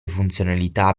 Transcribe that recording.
funzionalità